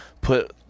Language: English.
put